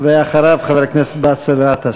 אחריו, חבר הכנסת באסל גטאס.